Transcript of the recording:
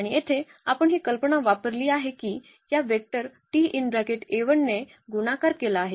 आणि येथे आपण ही कल्पना वापरली आहे की या वेक्टर ने गुणाकार केला आहे